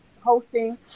hosting